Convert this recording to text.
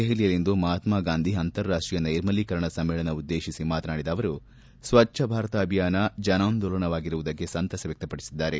ದೆಹಲಿಯಲ್ಲಿಂದು ಮಹಾತ್ಸಗಾಂಧಿ ಅಂತಾರಾಷ್ಷೀಯ ನೈರ್ಮಲ್ಡೀಕರಣ ಸಮ್ಮೇಳನ ಉದ್ದೇಶಿಸಿ ಮಾತನಾಡಿದ ಅವರು ಸ್ವಚ್ಛಭಾರತ ಅಭಿಯಾನ ಜನಾಂದೋಲನವಾಗಿರುವುದಕ್ಕೆ ಸಂತಸ ವ್ಚಕ್ತಪಡಿಸಿದ್ದಾರೆ